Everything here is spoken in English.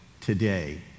today